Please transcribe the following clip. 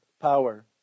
power